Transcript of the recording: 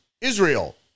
Israel